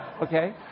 Okay